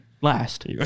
last